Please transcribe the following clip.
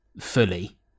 fully